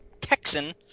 Texan